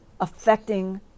affecting